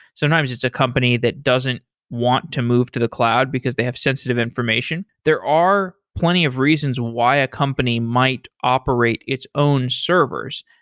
sometimes it's a company that doesn't want to move to the cloud because they have sensitive information. there are plenty of reasons why a company might operate its own servers.